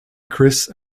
chris